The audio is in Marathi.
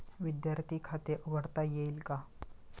विद्यार्थी खाते उघडता येईल का?